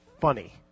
funny